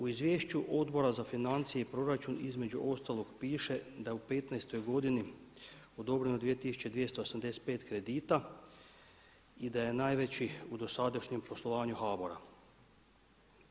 U izvješću Odbora za financije i proračun između ostalog piše da je u 2015. godini odobreno 2.285 kredita i da je najveći u dosadašnjem poslovanju HBOR-a.